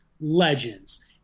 legends